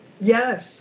Yes